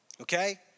okay